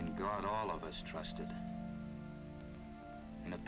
in god all of us trusted in